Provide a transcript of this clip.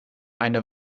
eine